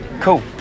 cool